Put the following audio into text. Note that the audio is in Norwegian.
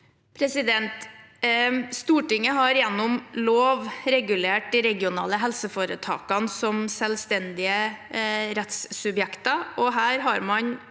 Stortinget har gjennom lov regulert de regionale helseforetakene som selvstendige rettssubjekter.